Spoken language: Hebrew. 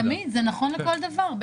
תמיד, זה נכון לכל דבר.